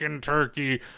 Turkey